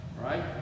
Right